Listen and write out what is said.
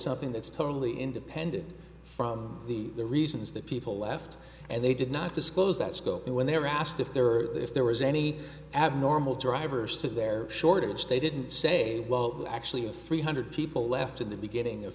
something that's totally independent from the reasons that people left and they did not disclose that scope when they were asked if there are if there was any abnormal drivers to their shortage they didn't say well actually a three hundred people left in the beginning of